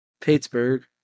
Pittsburgh